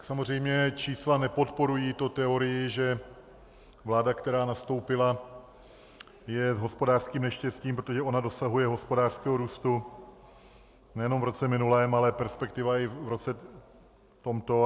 Samozřejmě čísla nepodporují teorii, že vláda, která nastoupila, je hospodářským neštěstím, protože ona dosahuje hospodářského růstu nejenom v roce minulém, ale perspektiva je i v roce tomto.